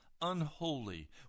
unholy